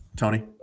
Tony